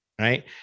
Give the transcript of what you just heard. right